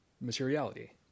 materiality